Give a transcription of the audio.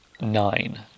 nine